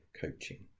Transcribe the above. coaching